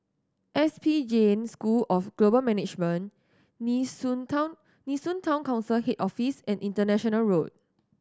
S P Jain School of Global Management Nee Soon Town Nee Soon Town Council Head Office and International Road